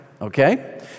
okay